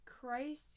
Christ